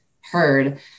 heard